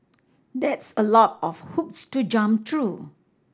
that's a lot of hoops to jump through